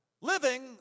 Living